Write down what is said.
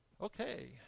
okay